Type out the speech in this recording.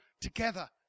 together